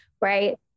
right